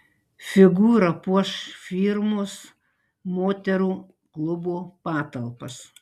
figūra puoš firmos moterų klubo patalpas